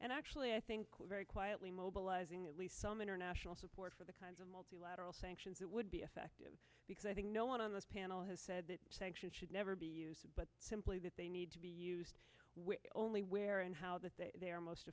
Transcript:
and actually i think we're very quietly mobilizing at least some international support for the kinds of multilateral sanctions that would be effective because i think no one on this panel has said that sanctions should never be used but simply that they need to be used only where and how that they are most